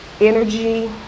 energy